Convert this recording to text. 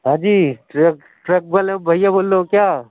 ہاں جی truck truck والے بھیا بول رہے ہو کیا